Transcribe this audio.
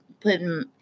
putting